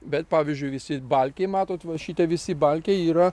bet pavyzdžiui visi balkiai matot va šitie visi balkiai yra